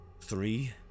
Three